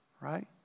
right